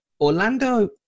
Orlando